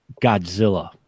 godzilla